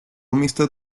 amistad